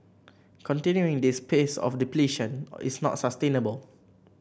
continuing this pace of depletion is not sustainable